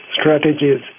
strategies